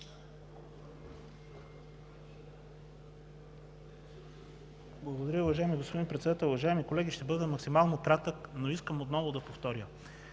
Благодаря. Уважаеми господин Председател, уважаеми колеги! Ще бъда максимално кратък, но искам отново да повторя: